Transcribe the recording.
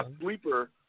sleeper